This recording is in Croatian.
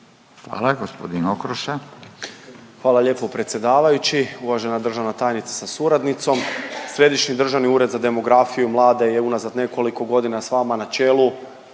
Tomislav (HDZ)** Hvala lijepo predsjedavajući. Uvažena državna tajnice sa suradnicom. Središnji državni ured za demografiju i mlade je unazad nekoliko godina s vama na čelu